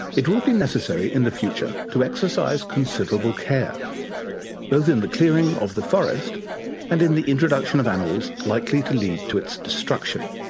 it will be necessary in the future to exercise considerable care both in the clearing of the forest and in the introduction of animals likely to lead to its destruction.